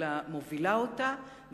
אלא מובילה אותה,